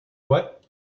what